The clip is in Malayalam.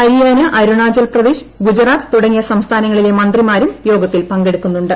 ഹരിയാന അരുണാചൽ പ്രദേശ് ഗുജറാത്ത് തുടങ്ങിയ സംസ്ഥാനങ്ങളിലെ മന്ത്രിമാരും യോഗത്തിൽ പൂങ്കെടുക്കുന്നുണ്ട്